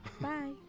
Bye